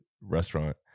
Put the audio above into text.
restaurant